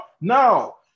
Now